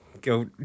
Go